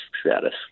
status